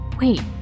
Wait